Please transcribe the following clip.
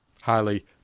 highly